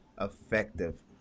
effective